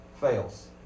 fails